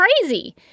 crazy